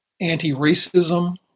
anti-racism